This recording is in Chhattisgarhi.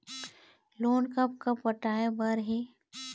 लोन कब कब पटाए बर हे?